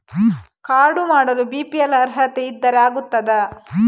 Card ಮಾಡಲು BPL ಅರ್ಹತೆ ಇದ್ದರೆ ಆಗುತ್ತದ?